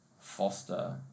foster